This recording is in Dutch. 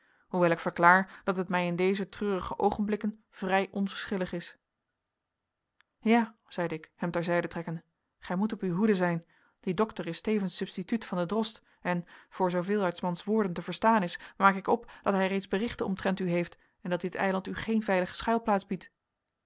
hoewel ik verklaar dat het mij in deze treurige oogenblikken vrij onverschillig is ja zeide ik hem terzijde trekkende gij moet op uwe hoede zijn die dokter is tevens substituut van den drost en voor zooveel uit s mans woorden te verstaan is maak ik op dat hij reeds berichten omtrent u heeft en dat dit eiland u geen veilige schuilplaats biedt